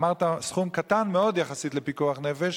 אמרת סכום קטן מאוד יחסית לפיקוח נפש,